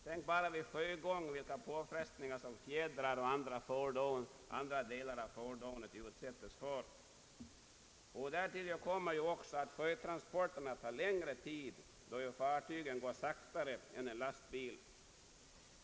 Tänk bara vid sjögång vilka påfrestningar som fjädrar och andra delar på fordonet utsätts för! Därtill kommer att sjötransporterna ' tar längre tid, då ju ett fartyg går sak tare än en lastbil.